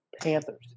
Panthers